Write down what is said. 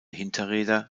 hinterräder